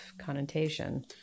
connotation